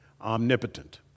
omnipotent